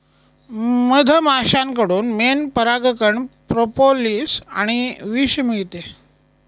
मधमाश्यांकडून मेण, परागकण, प्रोपोलिस आणि विष मिळते